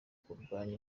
kurwanya